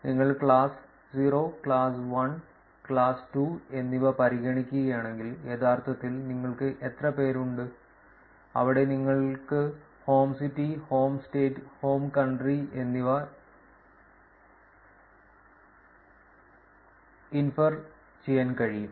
നിങ്ങൾ class 0 class 1 class 2 എന്നിവ പരിഗണിക്കുകയാണെങ്കിൽ യഥാർത്ഥത്തിൽ നിങ്ങൾക്ക് എത്ര പേർ ഉണ്ട് അവിടെ നിങ്ങൾക്ക് home city home state home country എന്നിവ inferഹിക്കാൻ കഴിയും